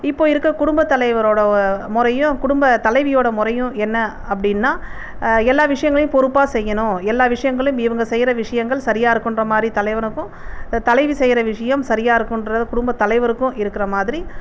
இப்போ இருக்க குடும்ப தலைவரோட முறையும் குடும்ப தலைவியோட முறையும் என்ன அப்படின்னால் எல்லா விஷயங்களையும் பொறுப்பாக செய்யணும் எல்லா விஷயங்களும் இவங்க செய்கிற விஷயங்கள் சரியாயிருக்குன்ற மாதிரி தலைவனுக்கும் தலைவி செய்கிற விஷயம் சரியாயிருக்கும்ன்ற குடும்ப தலைவருக்கும் இருக்கிற மாதிரி